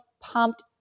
pumped